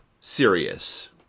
serious